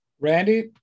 Randy